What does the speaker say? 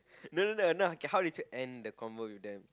no no no okay how did you end the convo with them